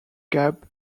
gap